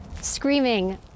screaming